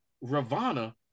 ravana